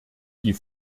die